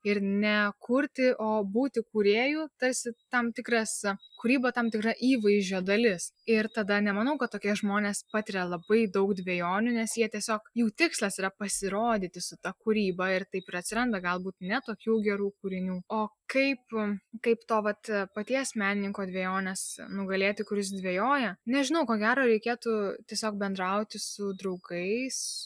ir nekurti o būti kūrėju tarsi tam tikrs kūryba tam tikra įvaizdžio dalis ir tada nemanau kad tokie žmonės patiria labai daug dvejonių nes jie tiesiog jų tikslas yra pasirodyti su ta kūryba ir taip ir atsiranda galbūt ne tokių gerų kūrinių o kaip kaip to vat paties menininko dvejonės nugalėti kuris dvejoja nežinau ko gero reikėtų tiesiog bendrauti su draugais